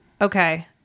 okay